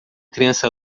criança